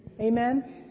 Amen